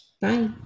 Bye